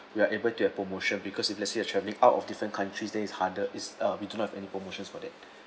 we are able to have promotion because if let's say you are travelling out of different countries then it's harder it's uh we do not have any promotions for that